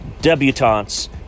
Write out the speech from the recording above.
debutantes